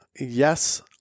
Yes